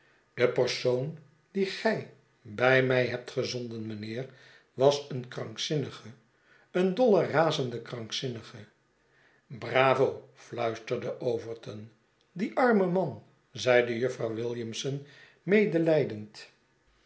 de persoon dien gij bij mij hebt gezonden mijnheer was een krankzinnige een dolle razende krankzinnige bravo fluisterde overton die arme man zeide jufvrouw williamson medelijdend